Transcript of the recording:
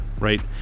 right